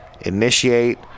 initiate